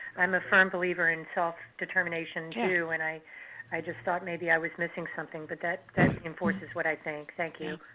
i'm a firm believer in so self-determination, and i i just thought maybe i was missing something. but that reinforces what i think. thank you.